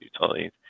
utilities